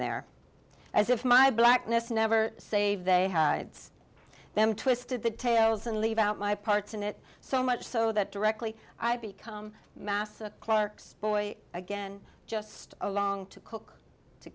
there as if my blackness never save they have them twisted the tails and leave out my parts in it so much so that directly i become massa clarks boy again just along to cook to